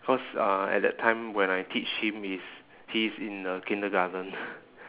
cause uh at that time when I teach him he's he is in the kindergarten